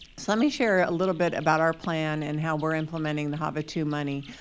so, let me share a little bit about our plan, and how we're implementing the hava two money.